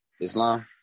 Islam